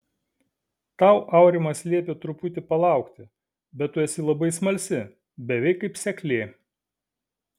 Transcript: tau aurimas liepė truputį palaukti bet tu esi labai smalsi beveik kaip seklė